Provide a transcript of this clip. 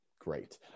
Great